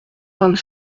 vingt